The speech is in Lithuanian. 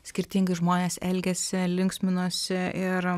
skirtingai žmonės elgėsi linksminosi ir